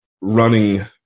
running